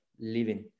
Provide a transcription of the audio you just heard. living